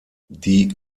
die